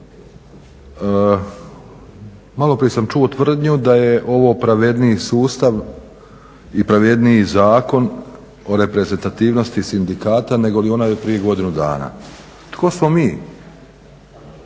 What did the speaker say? Malo prije sam čuo tvrdnju da je ovo pravedniji sustav i pravedniji zakon o reprezentativnosti sindikata negoli onaj od prije godinu dana. Tko smo mi